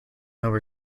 nova